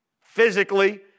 physically